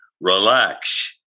relax